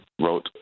wrote